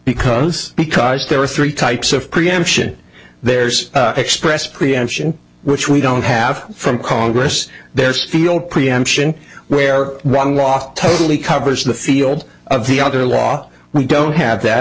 because because there are three types of preemption there's express preemption which we don't have from congress there steal preemption where one rock totally covers the field of the other law we don't have that